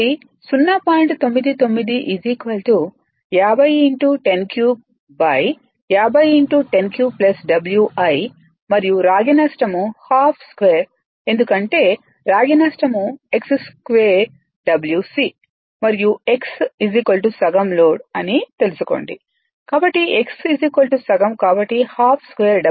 99 50 10 3 50 10 3 W i మరియు రాగి నష్టం ½2 ఎందుకంటే రాగి నష్టం x2Wc మరియు xసగం లోడ్ అని తెలుసుకోండి కాబట్టి x సగం కాబట్టి122 W c